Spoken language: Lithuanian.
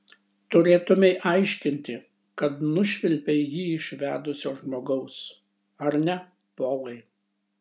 turėtumei aiškinti kad nušvilpei jį iš vedusio žmogaus ar ne polai